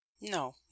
No